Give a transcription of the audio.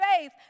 faith